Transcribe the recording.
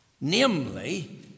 namely